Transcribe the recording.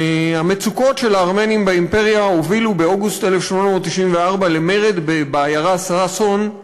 והמצוקות של הארמנים באימפריה הובילו באוגוסט 1894 למרד בעיירה סאסון.